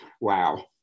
wow